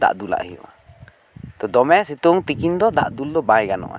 ᱫᱟᱜ ᱫᱩᱞᱟᱜ ᱦᱩᱭᱩᱜᱼᱟ ᱛᱚ ᱫᱚᱢᱮ ᱥᱤᱛᱩᱝ ᱛᱤᱠᱤᱱ ᱫᱟᱜ ᱫᱩᱞ ᱫᱚ ᱵᱟᱭ ᱜᱟᱱᱚᱜᱼᱟ